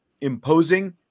imposing